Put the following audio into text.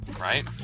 right